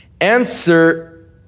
Answer